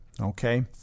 okay